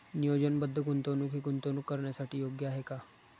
नियोजनबद्ध गुंतवणूक हे गुंतवणूक करण्यासाठी योग्य आहे का?